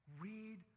Read